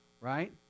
right